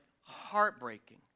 heartbreaking